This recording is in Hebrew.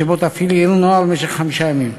שבו תפעיל עיר-נוער במשך חמישה ימים.